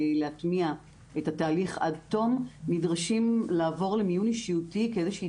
להטמיע את התהליך עד תום נדרשים לעבור למיון אישיותי כאיזושהי